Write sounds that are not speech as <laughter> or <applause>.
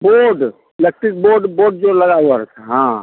board electric board board जो लगा हुआ <unintelligible> हाँ